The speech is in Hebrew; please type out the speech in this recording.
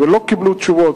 ולא קיבלו תשובות.